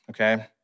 okay